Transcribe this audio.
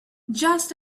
just